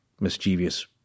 mischievous